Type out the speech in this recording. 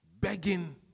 begging